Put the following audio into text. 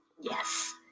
yes